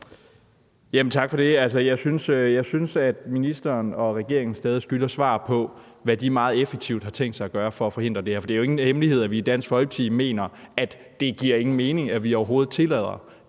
Tak for det. Jeg synes stadig, at ministeren og regeringen skylder svar på, hvad de har tænkt sig at gøre for meget effektivt at forhindre det her. For det er jo ingen hemmelighed, at vi i Dansk Folkeparti mener, at det ikke giver nogen mening, at vi overhovedet tillader,